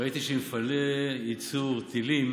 כשראיתי שמפעלי ייצור טילים